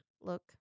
Look